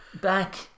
Back